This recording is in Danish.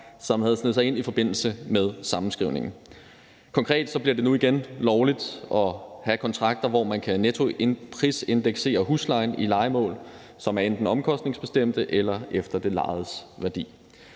som havde sneget sig ind i forbindelse med sammenskrivningen. Konkret bliver det nu igen lovligt at have kontrakter, hvor man kan nettoprisindeksere huslejen i lejemål, som enten er omkostningsbestemte eller sat efter det lejedes værdi.